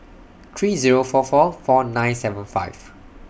three Zero four four four nine seven five